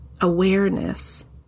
awareness